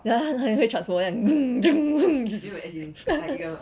等一下他就像 transformer 这样